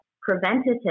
preventative